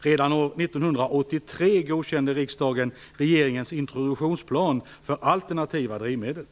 Redan år 1983 godkände riksdagen regeringens introduktionsplan för alternativa drivmedel.